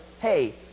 hey